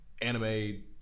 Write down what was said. anime